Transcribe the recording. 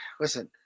Listen